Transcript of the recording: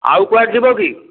ଆଉ କୁଆଡ଼େ ଯିବ କି